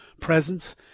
presence